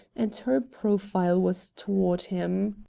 and her profile was toward him.